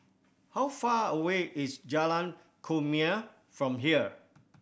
how far away is Jalan Kumia from here